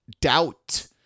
doubt